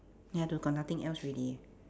ya the got nothing else already